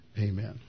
Amen